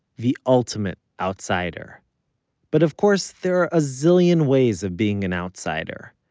the ultimate outsider but of course there are a zillion ways of being an outsider.